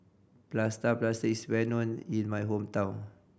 plaster is well known in my hometown